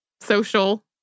social